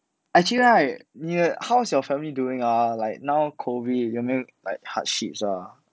actually right 你 how's your family doing ah like now COVID 有没有 like hardship ah